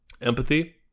empathy